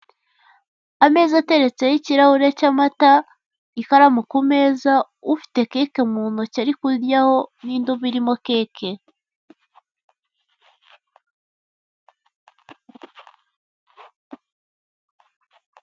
Ameza ateretseho ikirahure cy'amata ikaramu ku meza ufite keke mu ntoki ari kuryaho n'indobo irimo keke.